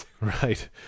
right